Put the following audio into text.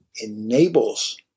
enables